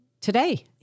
today